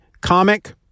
comic